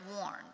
warned